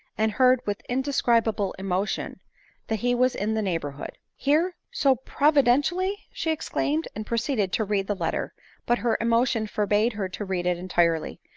and heard with indescribable emotion that he was in the neigh borhood. here! so providentially! she exclaimed, and pro ceeded to read the letter but her emotion forbade her to read it entirety.